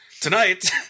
Tonight